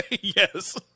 yes